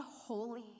holy